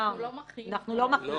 אם הן נמחקו, אנחנו לא מחיים מחדש.